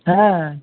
হ্যাঁ